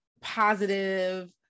positive